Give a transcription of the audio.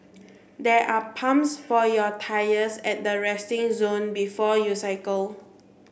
there are pumps for your tyres at the resting zone before you cycle